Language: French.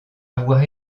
avoir